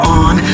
on